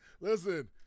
listen